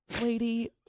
lady